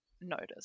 notice